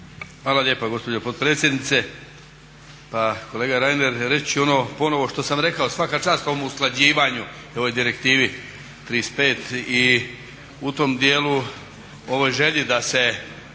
Hvala lijepa gospođo potpredsjednice. Pa kolega Reiner reći ću ono ponovno što sam rekao, svaka čast tom usklađivanju i ovoj Direktivi 35. i u tom dijelu ovoj želji da se